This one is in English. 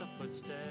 footsteps